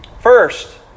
First